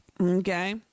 Okay